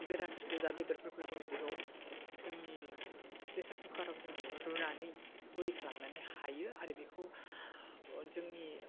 गोरा बुस्थु जा बेदरफोरखौ जोङो बेयाव जोंनि फ्रेसारकुखाराव जोङो रुनानै गुरै खालामनानै हायो आरो बेखौ जोंनि